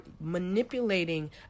manipulating